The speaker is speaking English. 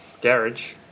garage